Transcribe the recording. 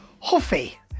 Huffy